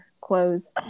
clothes